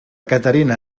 caterina